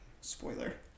Spoiler